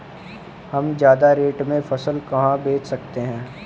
हम ज्यादा रेट में फसल कहाँ बेच सकते हैं?